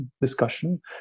discussion